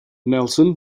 nelson